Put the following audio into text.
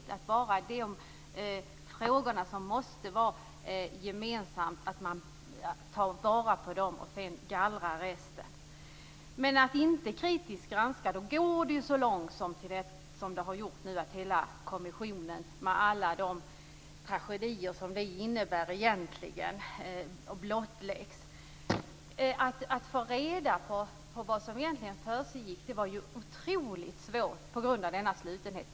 Man skall bara ta upp de frågor som måste vara gemensamma och gallra bort resten. Om man inte granskar kritiskt, går det ju så långt som det har gjort nu. Hela kommissionen har avgått, och alla tragedier som det innebär blottläggs. Det var ju otroligt svårt att få reda på vad som egentligen försiggick på grund av denna slutenhet.